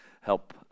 help